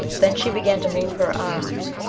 then she began to move her arms,